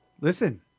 Listen